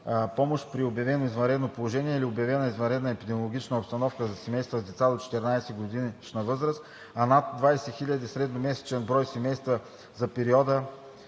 помощ при обявено извънредно положение или обявена извънредна епидемична обстановка на семейства с деца до 14-годишна възраст за над 20 000 средномесечен брой семейства за периода